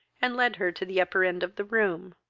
and led her to the upper end of the room.